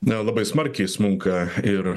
labai smarkiai smunka ir